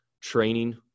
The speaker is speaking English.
training